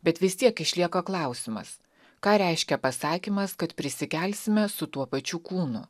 bet vis tiek išlieka klausimas ką reiškia pasakymas kad prisikelsime su tuo pačiu kūnu